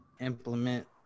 implement